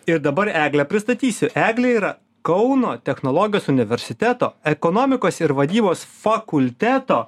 ir dabar eglę pristatysiu eglė yra kauno technologijos universiteto ekonomikos ir vadybos fakulteto